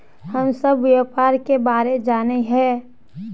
हम सब व्यापार के बारे जाने हिये?